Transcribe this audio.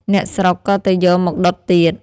អ្នកស្រុក ក៏ទៅយកមកដុតទៀត ។